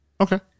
Okay